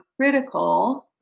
critical